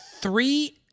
three